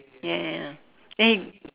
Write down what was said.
ya ya ya then he